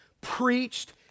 preached